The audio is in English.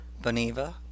Boniva